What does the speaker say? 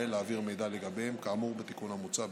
המנהל להעביר מידע לגביהם כאמור בתיקון המוצע.